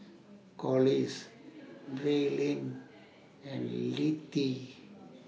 Collis Braylen and Littie